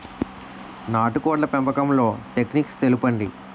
నాటుకోడ్ల పెంపకంలో టెక్నిక్స్ తెలుపండి?